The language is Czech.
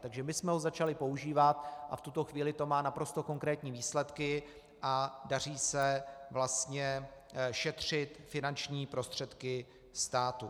Takže my jsme ho začali používat a v tuto chvíli to má naprosto konkrétní výsledky a daří se vlastně šetřit finanční prostředky státu.